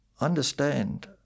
understand